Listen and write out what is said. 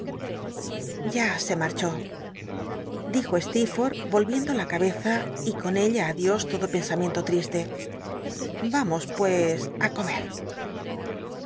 ya se marchó dijo steerforth yohiendo la cabeza y con ella adios lodo pensamiento triste vamos pues á comer